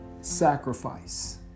sacrifice